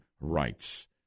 rights